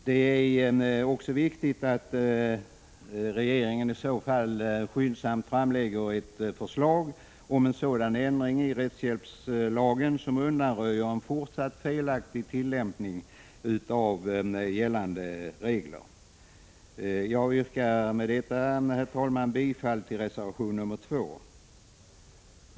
Det är också viktigt att regeringen i så fall skyndsamt framlägger ett förslag om en sådan ändring i rättshjälpslagen som kan undanröja en fortsatt felaktig tillämpning av gällande regler. Med detta yrkar jag bifall till reservation 2.